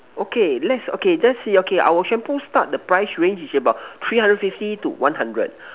okay let's okay just see okay our shampoo start the price range is about three hundred fifty to one hundred